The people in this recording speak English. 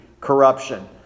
corruption